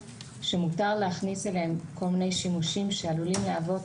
שמותר להכניס אליהם כל מיני שימושים שעלולים להוות